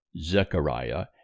Zechariah